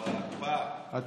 נסגר עליו המקפיא, הוא בהקפאה.